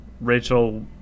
Rachel